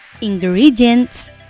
Ingredients